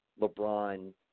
LeBron